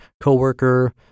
coworker